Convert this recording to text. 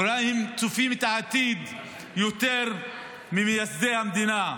אולי הם צופים את העתיד יותר ממייסדי המדינה,